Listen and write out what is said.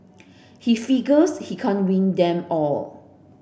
he figures he can't win them all